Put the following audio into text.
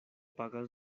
pagas